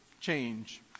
change